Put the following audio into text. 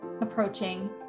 approaching